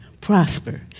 prosper